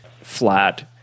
flat